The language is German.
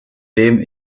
dem